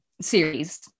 series